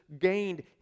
gained